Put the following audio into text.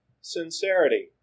sincerity